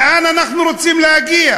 לאן אנחנו רוצים להגיע?